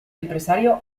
empresario